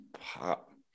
Pop